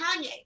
kanye